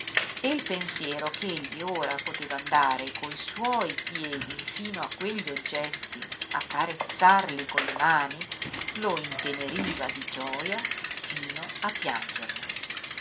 e il pensiero ch'egli ora poteva andare co suoi piedi fino a quegli oggetti a carezzarli con le mani lo inteneriva di gioja fino a piangerne